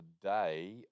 today